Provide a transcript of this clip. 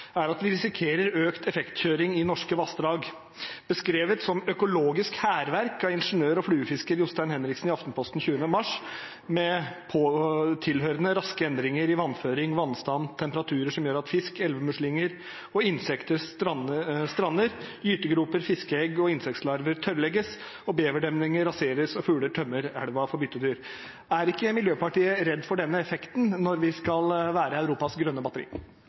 er at vi risikerer økt effektkjøring i norske vassdrag, beskrevet som «økologisk hærverk» av ingeniør og fluefisker Jostein Henriksen i Aftenposten den 20. mars, med tilhørende raske endringer i vannføring, vannstand og temperaturer, som gjør at fisk, elvemuslinger og insekter strander, at gytegroper, fiskeegg og insektslarver tørrlegges, at beverdemninger raseres, og at fugler tømmer elven for byttedyr. Er ikke Miljøpartiet De Grønne redd for denne effekten når vi skal være Europas grønne batteri?